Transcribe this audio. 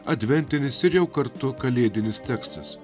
adventinis ir jau kartu kalėdinis tekstas